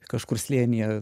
kažkur slėnyje